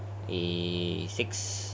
eh six